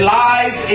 lies